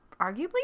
arguably